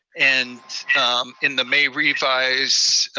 and in the may revise,